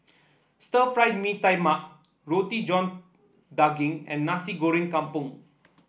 Stir Fried Mee Tai Mak Roti John Daging and Nasi Goreng Kampung